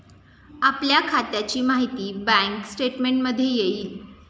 आपल्या खात्याची माहिती बँक स्टेटमेंटमध्ये येईल